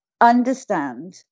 understand